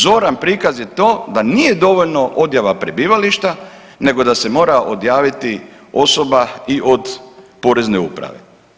Zoran prikaz je to da nije dovoljno odjava prebivališta nego da se mora odjaviti osoba i od porezne uprave.